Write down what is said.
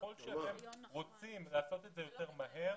ככל שאתם רוצים לעשות את זה יותר מהר,